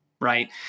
right